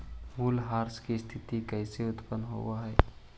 मूल्यह्रास की स्थिती कैसे उत्पन्न होवअ हई?